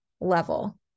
level